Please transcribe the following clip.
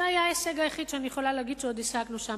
זה היה ההישג היחיד שאני יכולה להגיד שעוד השגנו שם,